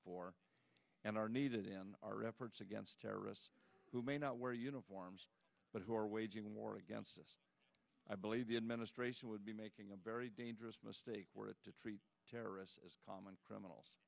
for and are needed in our efforts against terrorists who may not wear uniforms but who are waging war against i believe the administration would be making a very dangerous mistake were it to treat terrorists common criminals